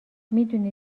میدونی